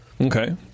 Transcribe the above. Okay